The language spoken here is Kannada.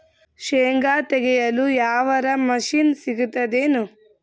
ಶೇಂಗಾ ತೆಗೆಯಲು ಯಾವರ ಮಷಿನ್ ಸಿಗತೆದೇನು?